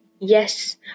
Yes